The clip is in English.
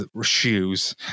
shoes